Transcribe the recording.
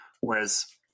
Whereas